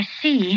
see